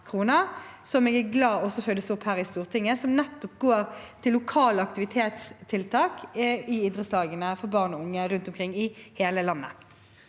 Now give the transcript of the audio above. det følges opp her i Stortinget. Det går nettopp til lokale aktivitetstiltak i idrettslagene for barn og unge rundt omkring i hele landet.